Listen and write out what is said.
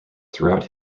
throughout